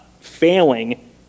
failing